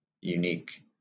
unique